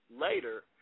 later